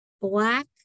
black